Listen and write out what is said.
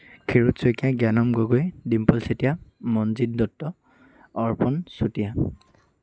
Kshirod Saikia Gyanam Gogoi Dimple Chetia Manjit Dutta Arpan Chutia